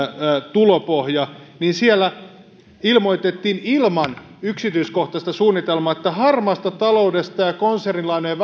tulopohja niin siellä ilmoitettiin ilman yksityiskohtaista suunnitelmaa että harmaasta taloudesta ja konsernilainojen